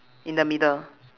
in the middle